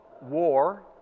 war